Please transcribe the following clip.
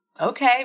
okay